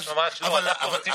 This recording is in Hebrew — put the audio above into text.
תודה, חבר הכנסת